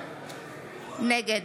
נגד